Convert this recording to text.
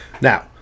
Now